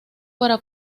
para